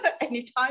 anytime